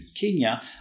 Kenya